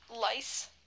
Lice